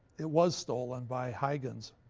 it was stolen by huygens.